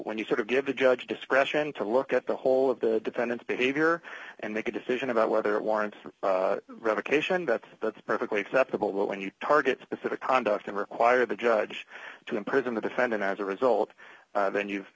when you sort of give the judge discretion to look at the whole of the defendant's behavior and make a decision about whether it warrants revocation that that's perfectly acceptable but when you target specific conduct and require the judge to imprison the defendant as a result then you've